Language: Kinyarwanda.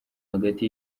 hagati